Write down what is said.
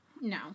No